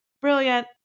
brilliant